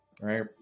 right